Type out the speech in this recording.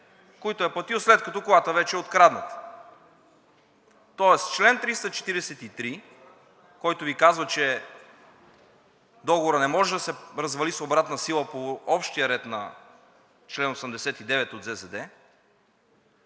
които е платил, след като колата вече е открадната. Тоест чл. 343, който Ви казва, че договорът не може да се развали с обратна сила по общия ред на чл. 89 от ЗЗД,